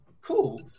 cool